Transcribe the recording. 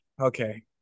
Okay